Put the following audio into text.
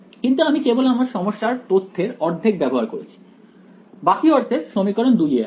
কিন্তু আমি কেবল আমার সমস্যার তথ্যের অর্ধেক ব্যবহার করেছি বাকি অর্ধেক সমীকরণ 2 এ আছে